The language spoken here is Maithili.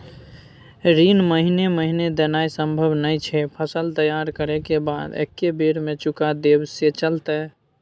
ऋण महीने महीने देनाय सम्भव नय छै, फसल तैयार करै के बाद एक्कै बेर में चुका देब से चलते?